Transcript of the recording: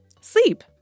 Sleep